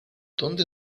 dónde